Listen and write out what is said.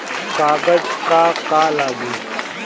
कागज का का लागी?